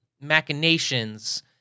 machinations